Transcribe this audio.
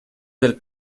del